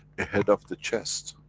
ahead of the chest.